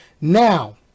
now